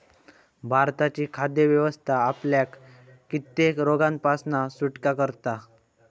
भारताची खाद्य व्यवस्था आपल्याक कित्येक रोगांपासना सुटका करता